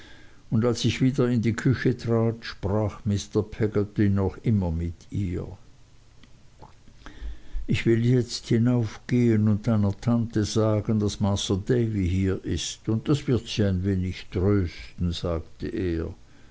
und als ich wieder in die küche trat sprach mr peggotty immer noch mit ihr jetzt will ich hinaufgehen und deiner tante sagen daß masr davy hier ist und das wird sie ein wenig trösten sagte er